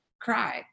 cry